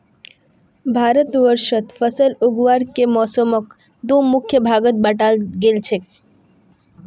भारतवर्षत फसल उगावार के मौसमक दो मुख्य भागत बांटाल गेल छेक